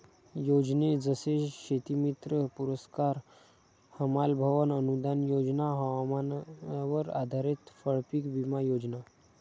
योजने जसे शेतीमित्र पुरस्कार, हमाल भवन अनूदान योजना, हवामानावर आधारित फळपीक विमा योजना